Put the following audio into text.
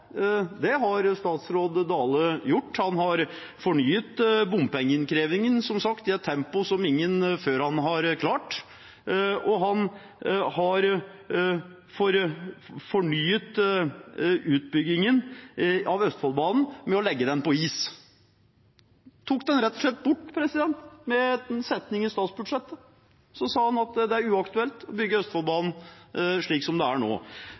det har statsråd Dale gjort. Han har fornyet bompengeinnkrevingen, som sagt, i et tempo som ingen før ham har klart, og han har «fornyet» utbyggingen av Østfoldbanen ved å legge den på is. Han tok den rett og slett bort. Med en setning i statsbudsjettet sier han at det er uaktuelt å bygge ut Østfoldbanen slik som det er nå.